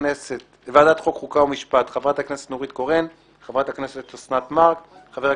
אסנת מארק; הצ"ח